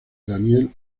daniel